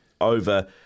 over